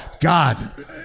God